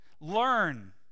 Learn